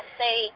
say